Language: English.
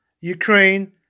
Ukraine